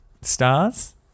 stars